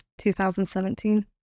2017